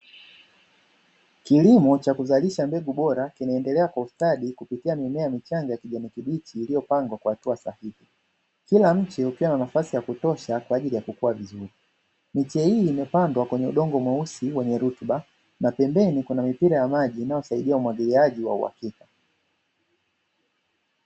Kilimo cha kuzalisha mbegu bora kinaendelea kwa ustadi kupitia mimea michanga ya kijani kibichi iliyopangwa kwa hatua sahihi, kila miche ukiwa na nafasi ya kutosha kwa ajili ya kukua vizuri miche hii imepandwa kwenye udongo mweusi wenye rutuba, na pembeni kuna mipira ya maji inayo saidia umwagiliaji wa uhakika.